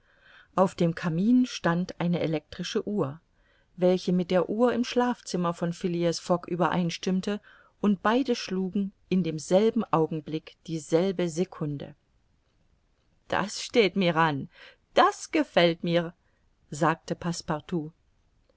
auf dem kamin stand eine elektrische uhr welche mit der uhr im schlafzimmer von phileas fogg übereinstimmte und beide schlugen in demselben augenblick dieselbe secunde das steht mir an das gefällt mir sagte